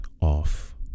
off